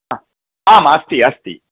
हा आम् अस्ति अस्ति